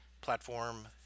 platform